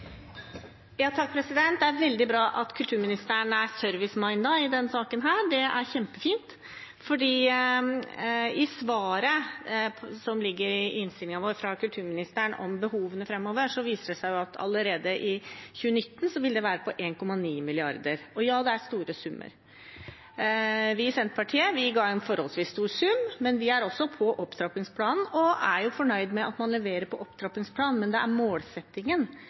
i denne saken. Det er kjempefint, for av kulturministerens svar i innstillingen om behovet framover viser det seg at det vil være på 1,9 mrd. kr allerede i 2019. Ja, det er store summer. Vi i Senterpartiet ga en forholdsvis stor sum, men vi er også på opptrappingsplanen og er fornøyd med at man leverer på den. Men det er målsettingen